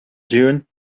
dune